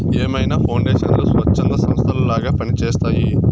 ఏవైనా పౌండేషన్లు స్వచ్ఛంద సంస్థలలాగా పని చేస్తయ్యి